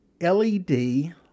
LED